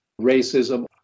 racism